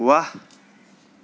वाह